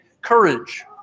courage